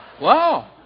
Wow